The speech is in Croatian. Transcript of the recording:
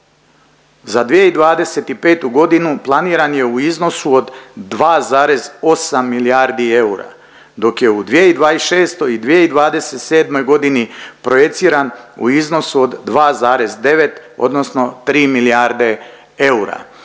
za 2025. godinu planiran je u iznosu od 2,8 milijardi eura dok je u 2026. i 2027. godini projiciran u iznosu od 2,9 odnosno 3 milijarde eura.